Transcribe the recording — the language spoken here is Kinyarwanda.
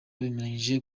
bemeranyije